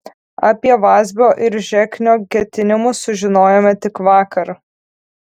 apie vazbio ir žeknio ketinimus sužinojome tik vakar